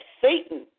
Satan